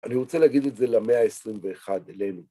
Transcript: אני רוצה להגיד את זה למאה ה-21 אלינו.